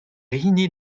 hini